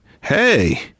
hey